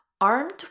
armed